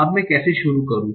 अब मैं कैसे शुरू करूँ